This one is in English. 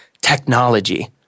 technology